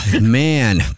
man